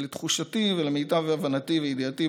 לתחושתי ולמיטב הבנתי וידיעתי,